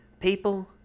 People